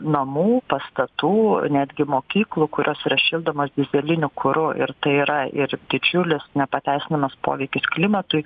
namų pastatų netgi mokyklų kurios yra šildomos dyzeliniu kuru ir tai yra ir didžiulis nepateisinamas poveikis klimatui